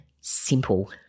simple